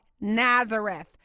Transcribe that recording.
Nazareth